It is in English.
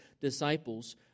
disciples